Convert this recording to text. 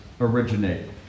originate